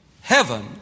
heaven